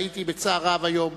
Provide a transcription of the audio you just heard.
ראיתי בצער רב היום